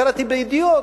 קראתי ב"ידיעות",